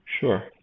Sure